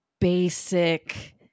basic